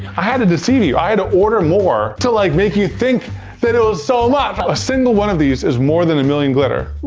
i had to deceive you, i had to order more to like make you think that it was so much. a single one of these is more than a million glitter.